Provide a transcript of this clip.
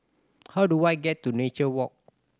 how do I get to Nature Walk